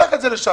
שלח את זה לארץ,